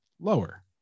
lower